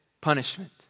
punishment